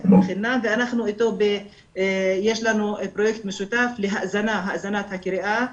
בחינם ויש לנו איתו פרויקט משותף להאזנת הקריאה.